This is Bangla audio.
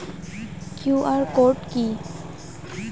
কিউ.আর কোড কি?